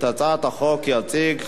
את הצעת החוק יציג,